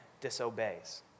disobeys